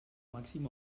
màxim